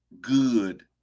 good